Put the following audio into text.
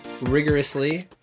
rigorously